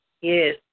Yes